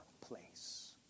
place